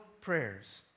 prayers